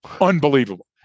Unbelievable